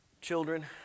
Children